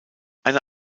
eine